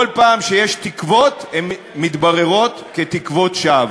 כל פעם שיש תקוות, הן מתבררות כתקוות שווא.